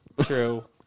true